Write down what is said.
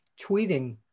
tweeting